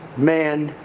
man,